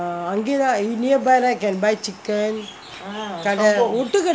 அங்கே தான்:anggae thaa nearby lah can buy chicken கடை ஓட்டுக்கடே:kadai ottukkadae